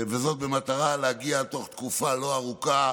וזאת במטרה להגיע תוך תקופה לא ארוכה